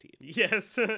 Yes